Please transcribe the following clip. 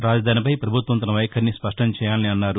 రాజధాని పై ప్రభత్వం తన వైఖరిని స్పష్టం చేయాలన్నారు